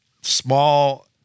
small